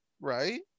right